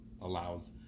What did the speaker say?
allows